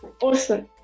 awesome